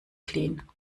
clean